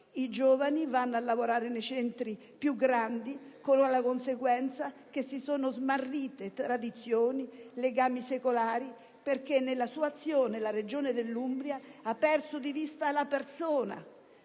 I giovani vanno a lavorare nei centri più grandi, con la conseguenza che si sono smarrite tradizioni e legami secolari. Nella sua azione, la Regione Umbria ha perso di vista la persona,